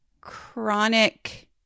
Chronic